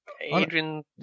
Adrian